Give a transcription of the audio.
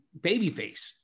babyface